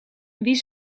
wie